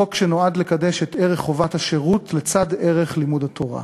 חוק שנועד לקדש את ערך חובת השירות לצד ערך לימוד התורה.